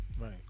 right